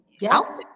yes